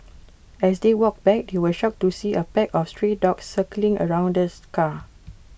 as they walked back they were shocked to see A pack of stray dogs circling around this car